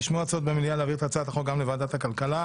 נשמעו הצעות במליאה להעביר את הצעת החוק גם לוועדת הכלכלה.